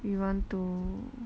you want to